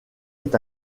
est